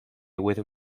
with